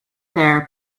there